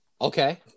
Okay